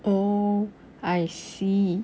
oh I see